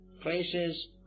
places